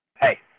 Hey